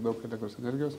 daug elektros energijos